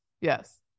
yes